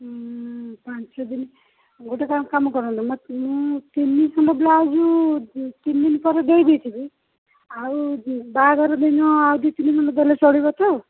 ପାଞ୍ଚ ଦିନ ଗୋଟେ କାମ କରନ୍ତୁ ମୁଁ ତିନି ଖଣ୍ଡ ବ୍ଲାଉଜ୍ ତିନିଦିନ ପରେ ଦେଇଦେଇଥିବି ଆଉ ବାହାଘର ଦିନ ଆଉ ଦୁଇ ତିନି ଖଣ୍ଡ ଦେଲେ ଚଳିବ ତ